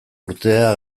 urtea